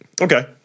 okay